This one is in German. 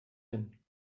hin